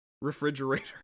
Refrigerator